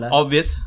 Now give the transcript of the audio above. obvious